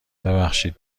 ببخشید